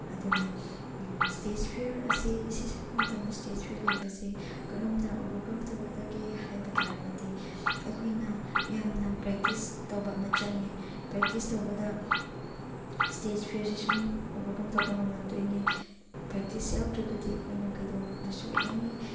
ꯑꯗꯨꯅ stage fear ꯑꯁꯤ ꯏꯁꯩ ꯁꯛꯄ ꯃꯇꯝꯗ ꯏꯁꯇꯦꯖ ꯐꯤꯌꯔ ꯂꯩꯕꯁꯦ ꯀꯔꯝꯅ ꯑꯣꯚꯔꯀꯝ ꯇꯧꯒꯗꯒꯦ ꯍꯥꯏꯕ ꯇꯥꯔꯒꯗꯤ ꯑꯩꯈꯣꯏꯅ ꯌꯥꯝꯅ ꯄ꯭ꯔꯦꯛꯇꯤꯁ ꯇꯧꯕ ꯑꯃ ꯆꯪꯉꯦ ꯄ꯭ꯔꯦꯛꯇꯤꯁ ꯇꯧꯕꯗ ꯏꯁꯇꯦꯖ ꯐꯤꯌꯔꯁꯤ ꯁꯨꯝ ꯑꯣꯚꯔꯀꯝ ꯇꯧꯕ ꯉꯝꯃꯛꯇꯣꯏꯅꯤ ꯄ꯭ꯔꯦꯛꯇꯤꯁ ꯌꯥꯎꯗ꯭ꯔꯒꯗꯤ ꯑꯩꯈꯣꯏꯅ ꯀꯩꯗꯧꯅꯨꯡꯗꯁꯨ ꯑꯦꯅꯤ